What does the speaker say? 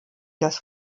das